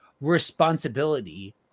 responsibility